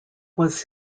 was